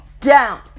Down